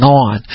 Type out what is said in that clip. on